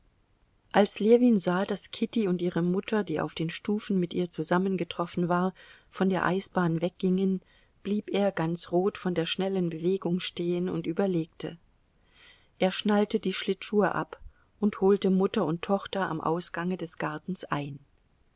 als ljewin sah daß kitty und ihre mutter die auf den stufen mit ihr zusammengetroffen war von der eisbahn weggingen blieb er ganz rot von der schnellen bewegung stehen und überlegte er schnallte die schlittschuhe ab und holte mutter und tochter am ausgange des gartens ein